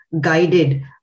guided